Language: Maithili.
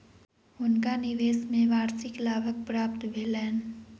हुनका निवेश में वार्षिक लाभक प्राप्ति भेलैन